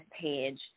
page